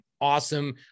awesome